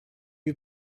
you